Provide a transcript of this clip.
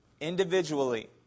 individually